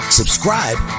subscribe